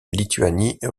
lituanie